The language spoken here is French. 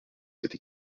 cette